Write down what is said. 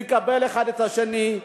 נקבל אחד את השני,